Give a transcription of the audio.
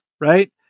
right